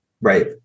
Right